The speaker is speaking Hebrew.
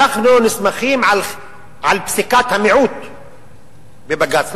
אנחנו נסמכים על פסיקת המיעוט בבג"ץ,